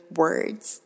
words